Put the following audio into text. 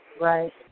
right